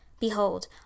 Behold